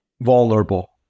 vulnerable